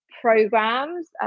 programs